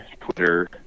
Twitter